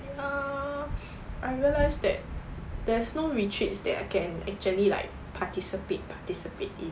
ya I realized that there's no retreats that I can actually like participate participate in